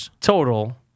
Total